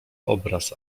obraz